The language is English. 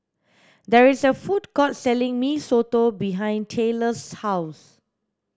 there is a food court selling mee soto behind Tayler's house